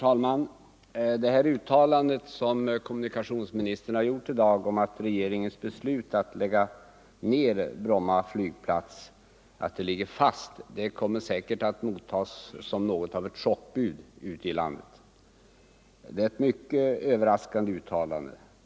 Herr talman! Uttalandet av kommunikationsministern i dag om att regeringens beslut att lägga ned Bromma flygplats står fast kommer säkert att mottas som något av ett chockbud ute i landet. Det är ett mycket överraskande uttalande.